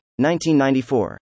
1994